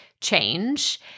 change